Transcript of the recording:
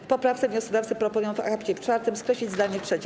W poprawce wnioskodawcy proponują w akapicie czwartym skreślić zdanie trzecie.